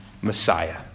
Messiah